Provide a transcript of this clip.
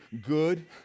good